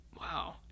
wow